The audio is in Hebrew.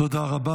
תודה רבה.